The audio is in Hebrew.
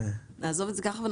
נעזוב את זה ככה.